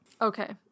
Okay